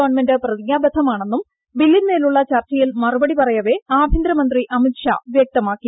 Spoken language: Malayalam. ഗവൺമെന്റ് പ്രതിജ്ഞാബദ്ധമാണെന്നും ബില്ലിന്മേലുള്ള ചർച്ചയിൽ മറുപടി പറയവേ ആഭ്യന്തരമന്ത്രി അമിത് ഷാ വൃക്തമാക്കി